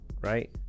right